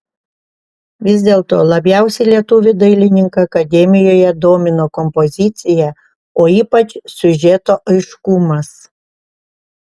vis dėlto labiausiai lietuvį dailininką akademijoje domino kompozicija o ypač siužeto aiškumas